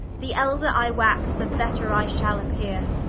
the elder i wax, the better i shall appeare.